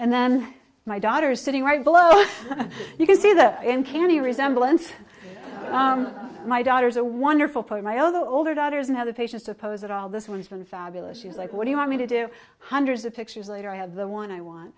and then my daughter sitting right below you can see that and can the resemblance my daughter's a wonderful poem i owe the older daughters and have the patience to oppose it all this one has been fabulous she was like what do you want me to do hundreds of pictures later i have the one i want